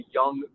young